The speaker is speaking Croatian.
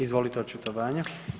Izvolite očitovanje.